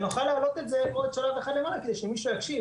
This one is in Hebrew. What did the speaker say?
שנוכל להעלות את זה כדי שמישהו יקשיב.